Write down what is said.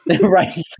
Right